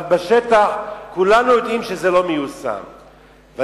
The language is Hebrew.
כולנו יודעים שזה לא מיושם בשטח.